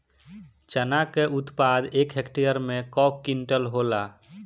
चना क उत्पादन एक हेक्टेयर में कव क्विंटल होला?